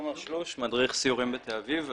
אני מדריך סיורים בתל אביב.